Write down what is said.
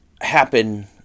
happen